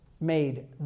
made